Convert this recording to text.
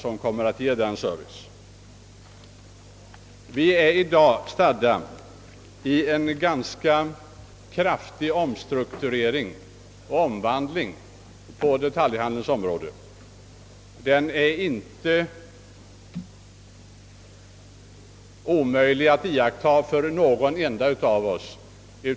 I dag sker en ganska kraftig omvandling på detaljhandelns område.